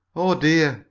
oh, dear!